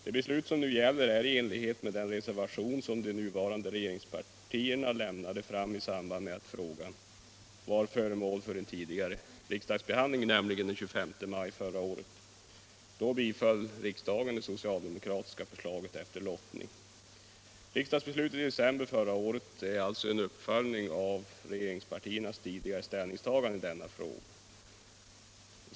Det beslut som nu gäller överensstämmer med den reservation som de nuvarande regeringspartierna lämnade i samband med att frågan var föremål för den tidigare riksdagsbehandlingen, nämligen den 25 maj förra året. Då biföll riksdagen det socialdemokratiska förslaget efter lottning. Riksdagsbeslutet i december förra året är alltså en uppföljning av regeringspartiernas tidigare ställningstagande i denna fråga.